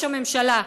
ואיפה ראש הממשלה,